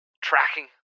Tracking